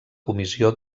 comissió